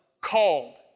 Called